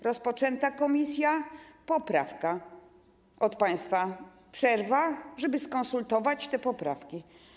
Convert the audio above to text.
Rozpoczęta komisja, poprawki od państwa, przerwa, żeby skonsultować te poprawki.